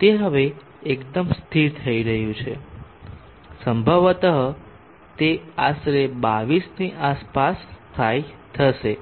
તે હવે એકદમ સ્થિર થઈ રહ્યું છે સંભવત તે આશરે 22 ની આસપાસ સ્થાયી થશે